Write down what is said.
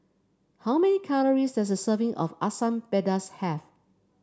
how many calories does a serving of Asam Pedas have